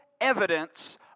evidence